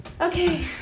Okay